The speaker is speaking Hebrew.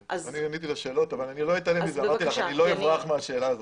אני לא אברח מהשאלה הזאת.